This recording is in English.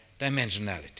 dimensionality